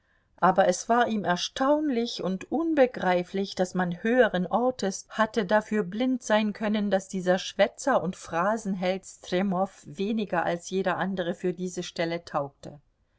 aber es war ihm erstaunlich und unbegreiflich daß man höheren ortes hatte dafür blind sein können daß dieser schwätzer und phrasenheld stremow weniger als jeder andere für diese stelle taugte